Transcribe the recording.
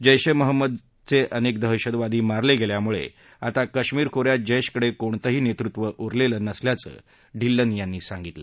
जैश ए मोहम्मद जे अनेक दहशतवादी मारले गेल्यामुळे आता काश्मीर खोऱ्यात जैशकडे कोणतंही नेतृत्व उरलेलं नाही असं ढिल्लन यांनी सांगितलं